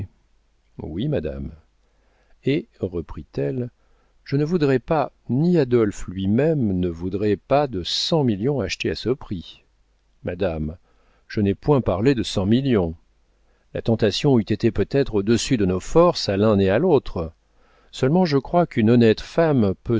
oui madame et reprit-elle je ne voudrais pas ni adolphe lui-même ne voudrait pas de cent millions achetés à ce prix madame je n'ai point parlé de cent millions la tentation eût été peut-être au-dessus de nos forces à l'un et à l'autre seulement je crois qu'une honnête femme peut